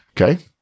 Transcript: okay